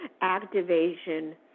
activation